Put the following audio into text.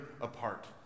apart